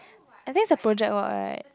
I think it's a project work right